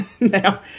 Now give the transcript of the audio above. now